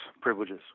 privileges